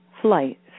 Flight